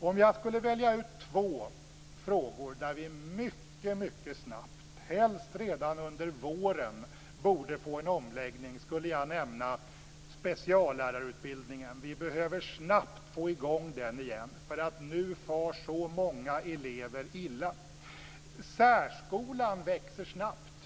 Om jag skulle välja ut två områden där vi mycket, mycket snabbt, helst redan under våren, borde få en omläggning skulle jag nämna speciallärarutbildningen. Vi behöver snabbt få i gång den igen, därför att nu far så många elever illa. Särskolan växer snabbt.